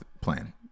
plan